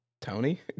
Tony